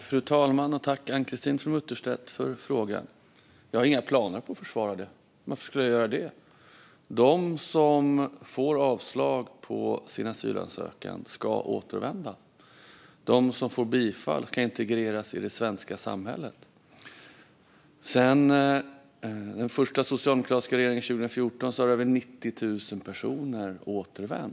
Fru talman! Tack, Ann-Christine From Utterstedt, för frågan! Jag har inga planer på att försvara det. Varför skulle jag göra det? De som får avslag på sin asylansökan ska återvända. De som får bifall ska integreras i det svenska samhället. Sedan Socialdemokraterna bildade regering 2014 har över 90 000 personer återvänt.